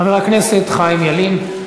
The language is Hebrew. חבר הכנסת חיים ילין.